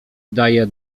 daje